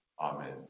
Amen